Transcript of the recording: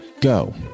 go